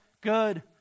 good